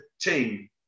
team